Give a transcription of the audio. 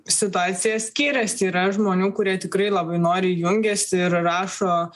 situacija skiriasi yra žmonių kurie tikrai labai nori jungiasi ir rašo